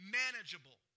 manageable